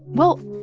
well,